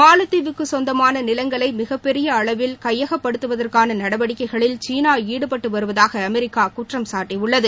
மாலத்தீவுக்கு சொந்தமான நிலங்களை மிகப்பெரிய அளவில் கையகப்படுத்துவதற்கான நடவடிக்கைகளில் சீனா ஈடுபட்டு வருவதாக அமெரிக்கா குற்றம் சாட்டியுள்ளது